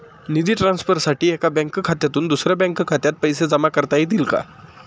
निधी ट्रान्सफरसाठी एका बँक खात्यातून दुसऱ्या बँक खात्यात पैसे जमा करता येतील का?